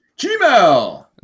gmail